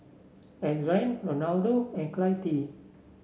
Adrain Ronaldo and Clytie